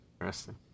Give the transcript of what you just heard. Interesting